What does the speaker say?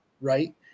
right